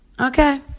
okay